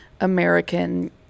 American